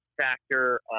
factor